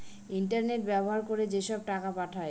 internet ব্যবহার করে যেসব টাকা পাঠায়